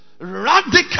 radical